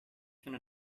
finde